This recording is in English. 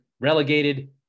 relegated